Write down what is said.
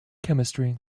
chemistry